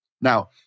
Now